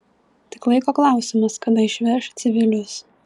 tik laiko klausimas kada išveš civilius